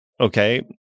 okay